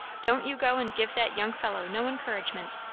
don't you go and give that young fellow no encouragement.